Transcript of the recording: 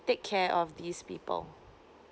take care of these people